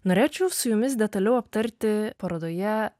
norėčiau su jumis detaliau aptarti parodoje